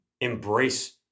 embrace